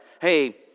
hey